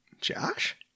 Josh